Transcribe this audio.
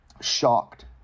shocked